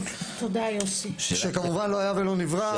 מה שכמובן לא היה ולא נברא.